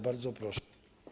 Bardzo proszę.